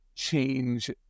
change